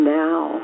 now